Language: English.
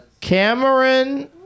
Cameron